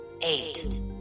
eight